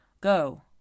Go